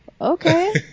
okay